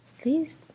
Please